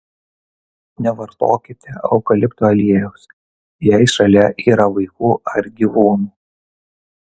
nevartokite eukalipto aliejaus jei šalia yra vaikų ar gyvūnų